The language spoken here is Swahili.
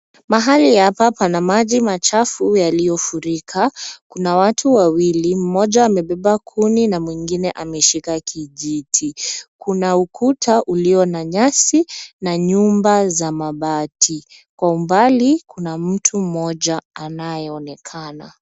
Mahali hapa pana maji machafu yaliyofurika. Kuna watu wawili, mmoja amebeba kuni na mwingine ameshika kijiti. Kuna ukuta ulio na nyasi na nyumba za mabati. Kwa umbali kuna mtu mmoja anayeonekana.